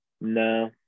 No